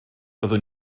byddwn